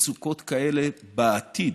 מצוקות כאלה בעתיד,